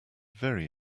very